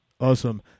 Awesome